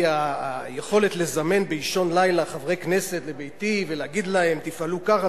אתה אמרת לי שזה גם יפגע בבתי-ספר מסוגים אחרים.